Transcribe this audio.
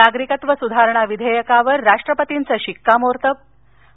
नागरिकत्व सुधारणा विधेयकावर राष्ट्रपतींचं शिक्कामोर्तब आणि